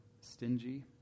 stingy